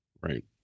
right